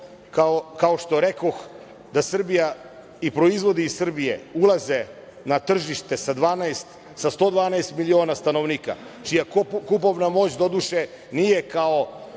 kao što rekoh, da Srbija i proizvodi iz Srbije ulaze na tržište sa 112 miliona stanovnika, čija kupovna moć, doduše, nije kao